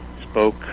spoke